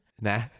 nah